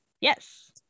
Yes